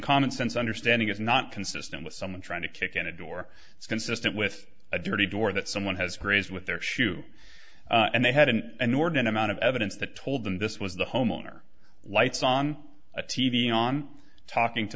commonsense understanding is not consistent with someone trying to kick in a door it's consistent with a dirty door that someone has created with their shoe and they had an inordinate amount of evidence that told them this was the homeowner lights on a t v on talking to